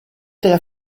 della